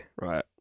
Right